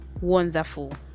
Wonderful